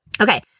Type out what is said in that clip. Okay